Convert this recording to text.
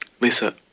Lisa